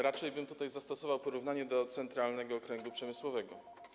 Raczej bym tutaj zastosował porównanie do Centralnego Okręgu Przemysłowego.